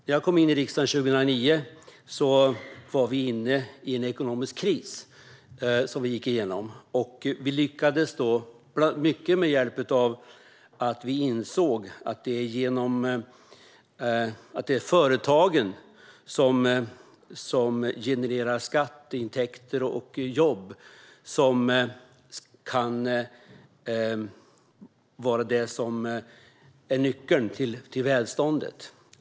När jag kom in i riksdagen 2009 befann vi oss i en ekonomisk kris. Vi lyckades ta oss igenom den på grund av att vi insåg att det är företagen som genererar skatteintäkter och jobb och är de som kan vara nyckeln till välståndet.